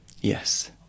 Yes